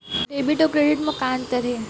Debit अउ credit म का अंतर हे?